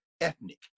ethnic